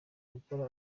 gukora